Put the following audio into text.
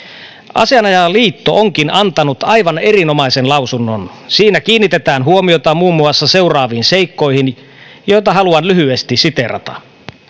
asianajajaliitto onkin antanut aivan erinomaisen lausunnon siinä kiinnitetään huomiota muun muassa seuraaviin seikkoihin joita haluan lyhyesti siteerata